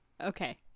Okay